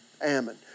Ammon